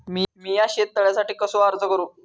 मीया शेत तळ्यासाठी कसो अर्ज करू?